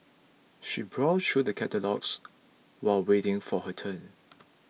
she browsed through the catalogues while waiting for her turn